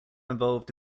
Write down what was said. involved